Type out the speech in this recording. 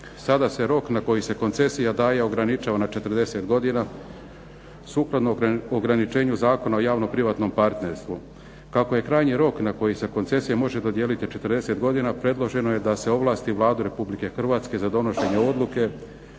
Sada se rok na koji se koncesija daje ograničava na 40 godina sukladno ograničenju Zakona o javnoprivatnom partnerstvu. Kako je krajnji rok na koji se koncesija može dodijeliti 40 godina, predloženo je da se ovlasti Vladu Republike Hrvatske za donošenje odluke